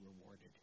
rewarded